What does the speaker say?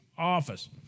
office